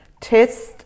test